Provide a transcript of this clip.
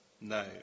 No